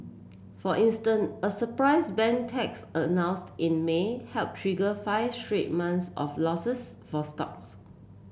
for instant a surprise bank tax announce in May helped trigger five straight months of losses for stocks